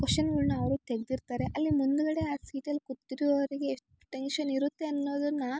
ಕ್ವಷನ್ಗಳ್ನ ಅವರು ತೆಗೆದಿರ್ತಾರೆ ಅಲ್ಲಿ ಮುಂದುಗಡೆ ಆ ಸೀಟಲ್ಲಿ ಕೂತಿರುವವ್ರಿಗೆ ಎಷ್ಟು ಟೆಂಗ್ಷನ್ ಇರುತ್ತೆ ಅನ್ನೋದನ್ನ